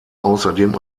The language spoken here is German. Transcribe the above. außerdem